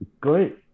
great